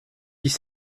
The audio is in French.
dix